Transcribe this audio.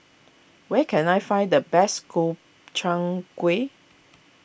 where can I find the best Gobchang Gui